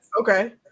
Okay